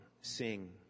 sing